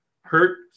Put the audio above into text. Hurt